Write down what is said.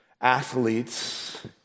athletes